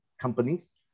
companies